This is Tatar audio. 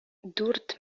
дүрт